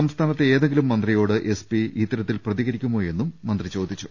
സംസ്ഥാനത്തെ ഏതെങ്കിലും മന്ത്രിയോട് എസ്പി ഇത്തരത്തിൽ പ്രതികരിക്കുമോ എന്നും മന്ത്രി ചോദിച്ചു